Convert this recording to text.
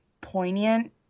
poignant